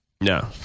No